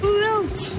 root